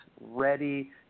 ready